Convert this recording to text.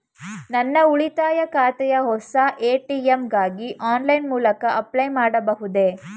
ನನ್ನ ಉಳಿತಾಯ ಖಾತೆಯ ಹೊಸ ಎ.ಟಿ.ಎಂ ಗಾಗಿ ಆನ್ಲೈನ್ ಮೂಲಕ ಅಪ್ಲೈ ಮಾಡಬಹುದೇ?